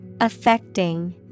Affecting